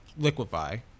liquify